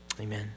amen